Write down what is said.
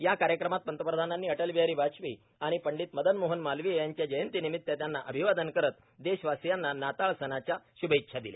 या कार्यक्रमात पंतप्रधानांनी अटलबिहारी वाजपेयी आणि पंडित मदनमोहन मालवीय यांच्या जयंतीनिमित त्यांना अभिवादन करत देशवासियांना नाताळ सणाच्याही शुभेच्छा दिल्या